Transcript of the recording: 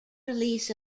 release